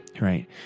right